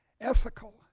ethical